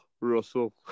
Russell